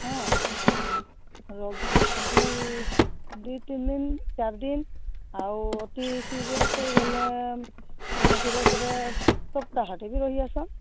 ହଁ ଦୁଇ ତିନି ଦିନ ଚାରିଦିନ ଆଉ ଅତି ସିରିଅସ୍ ହୋଇଗଲେ ସିରିଅସ୍ରେ ସପ୍ତାହାଟ ବି ରହି ହେବ